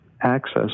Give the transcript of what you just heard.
access